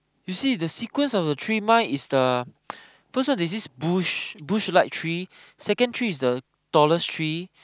you see if the sequence of the tree mine is the first off there's this bush bush like tree second tree is the tallest tree